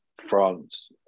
France